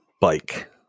bike